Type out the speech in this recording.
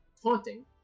taunting